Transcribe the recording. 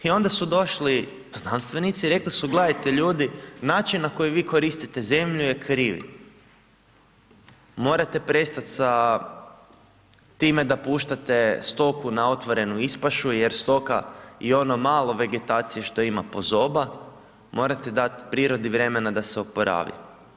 I onda su došli znanstvenici i rekli su gledajte ljudi, način na koji vi koristite zemlju je kriv, morate prestat sa time da puštate stoku na otvorenu ispašu jer stoka i ono malo vegetacije što ima pozoba, morate dat prirodi vremena da se oporavi.